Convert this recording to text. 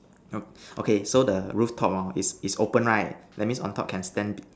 okay so the rooftop hor is is open right means on top can stand